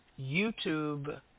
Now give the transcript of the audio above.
YouTube